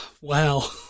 Wow